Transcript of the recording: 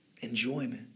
Enjoyment